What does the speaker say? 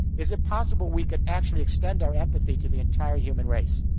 is it possible we could actually extend our empathy to the entire human race,